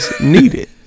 needed